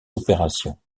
opérations